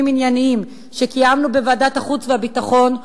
ענייניים שקיימנו בוועדת החוץ והביטחון,